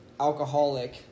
alcoholic